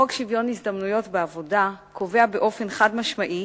חוק שוויון ההזדמנויות בעבודה קובע באופן חד-משמעי